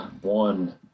one